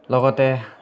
লগতে